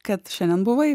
kad šiandien buvai